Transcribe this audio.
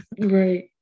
Right